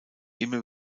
immer